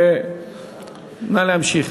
נא להמשיך.